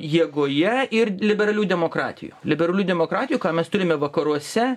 jėgoje ir liberalių demokratijų liberalių demokratijų ką mes turime vakaruose